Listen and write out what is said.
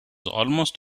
almost